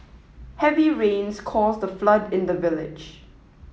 heavy rains caused a flood in the village